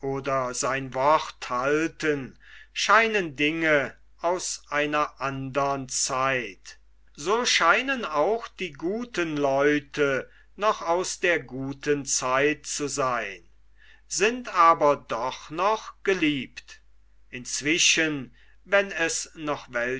sein wort halten scheinen dinge aus einer andern zeit so scheinen auch die guten leute noch aus der guten zeit zu seyn sind aber doch noch geliebt inzwischen wenn es noch